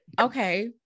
okay